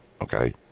okay